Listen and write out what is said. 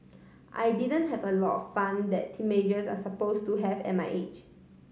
I didn't have a lot of fun that teenagers are suppose to have at my age